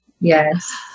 Yes